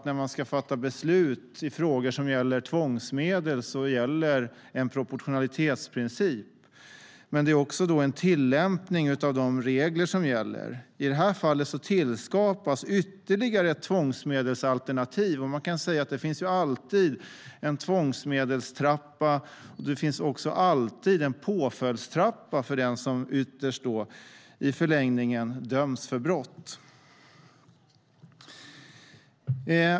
När man ska fatta beslut i frågor om tvångsmedel gäller alltid en proportionalitetsprincip. Men det är också en tillämpning av de regler som gäller. I det här fallet tillskapas ytterligare ett tvångsmedelsalternativ. Det finns alltid en tvångsmedelstrappa. Det finns också alltid en påföljdstrappa för den som i förlängningen döms för brott.